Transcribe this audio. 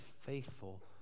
faithful